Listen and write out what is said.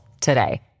today